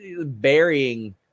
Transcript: burying